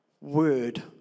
word